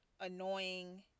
annoying